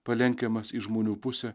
palenkiamas į žmonių pusę